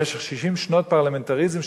במשך 60 שנות פרלמנטריזם,